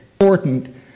important